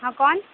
ہاں کون